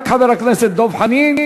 רק חבר הכנסת דב חנין,